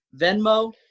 Venmo